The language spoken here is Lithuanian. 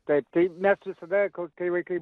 taip tai mes visada kai vaikai